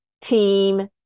team